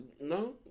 No